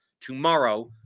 tomorrow